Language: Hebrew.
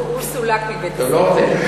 כי הוא סולק מבית-הספר.